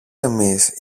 εμείς